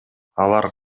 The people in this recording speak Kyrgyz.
алар